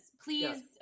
please